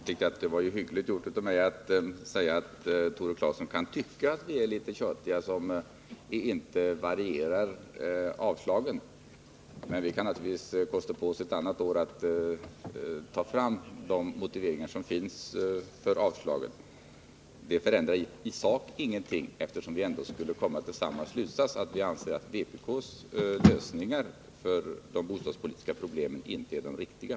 Herr talman! Det var hyggligt av mig att säga att Tore Claeson kan tycka att vi är litet tjatiga som inte varierar våra avstyrkanden, men till ett annat år kan vi naturligtvis kosta på oss att ta fram de motiveringar som finns för dessa. Det förändrar i sak ingenting, eftersom vi ändå skulle komma till samma slutsats, nämligen att vi anser att vpk:s lösningar för de bostadspolitiska problemen inte är de riktiga.